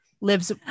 lives